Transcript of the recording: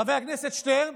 חבר הכנסת שטרן,